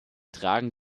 tragen